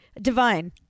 Divine